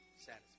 satisfied